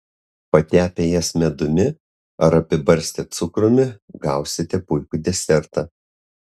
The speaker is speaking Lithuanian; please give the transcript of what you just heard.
patepę jas medumi ar apibarstę cukrumi gausite puikų desertą